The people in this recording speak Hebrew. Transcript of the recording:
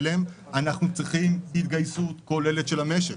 אליהם אנחנו צריכים התגייסות כוללת של המשק,